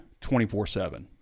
24-7